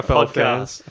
podcast